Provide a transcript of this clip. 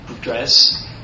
dress